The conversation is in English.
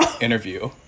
interview